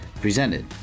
presented